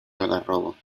algarrobos